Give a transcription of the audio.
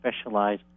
specialize